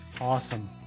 Awesome